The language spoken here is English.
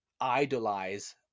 idolize